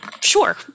sure